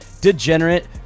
degenerate